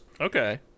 Okay